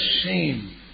shame